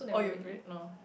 or you read not